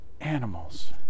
animals